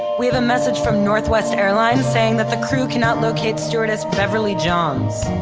we have a message from northwest airlines saying that the crew cannot locate stewardess beverly johns.